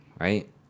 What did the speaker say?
right